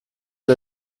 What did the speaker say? und